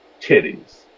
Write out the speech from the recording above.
titties